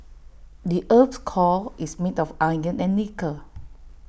the Earth's core is made of iron and nickel